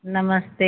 नमस्ते